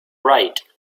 right